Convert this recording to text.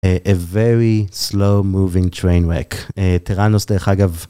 A very slow-moving trainwreck. טראנוס, דרך אגב...